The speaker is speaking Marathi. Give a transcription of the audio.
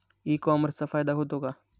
ई कॉमर्सचा फायदा होतो का?